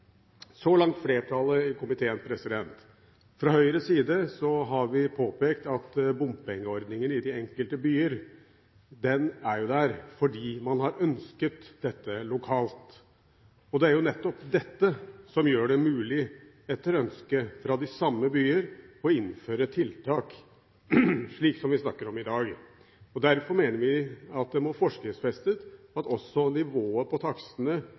Så langt flertallet i komiteen. Fra Høyres side har vi påpekt at bompengeordningen i de enkelte byer jo er der fordi man har ønsket dette lokalt. Det er jo nettopp dette som etter ønske fra de samme byer gjør det mulig å innføre tiltak, som vi snakker om i dag. Derfor mener vi at det må forskriftsfestes at også nivået på takstene